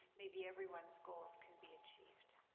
maybe everyone's goals can be achieved.